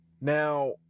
now